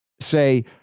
say